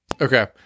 Okay